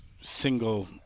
single